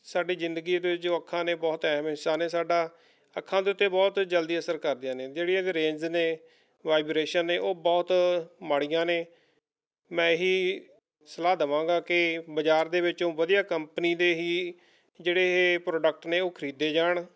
ਸਾਡੀ ਜ਼ਿੰਦਗੀ ਦੇ ਜੋ ਅੱਖਾਂ ਨੇ ਬਹੁਤ ਅਹਿਮ ਹਿੱਸਾ ਨੇ ਸਾਡਾ ਅੱਖਾਂ ਦੇ ਉੱਤੇ ਬਹੁਤ ਜਲਦੀ ਅਸਰ ਕਰਦੀਆਂ ਨੇ ਜਿਹੜੀਆਂ ਰੇਂਜ ਵਾਈਬਰੇਸ਼ਨ ਨੇ ਉਹ ਬਹੁਤ ਮਾੜੀਆਂ ਨੇ ਮੈਂ ਇਹ ਸਲਾਹ ਦੇਵਾਂਗਾ ਕਿ ਬਜ਼ਾਰ ਦੇ ਵਿੱਚੋਂ ਵਧੀਆ ਕੰਪਨੀ ਦੇ ਹੀ ਜਿਹੜੇ ਇਹ ਪ੍ਰੋਡਕਟ ਨੇ ਉਹ ਖਰੀਦੇ ਜਾਣ